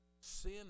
Sin